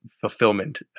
fulfillment